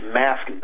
mask